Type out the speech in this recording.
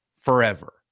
forever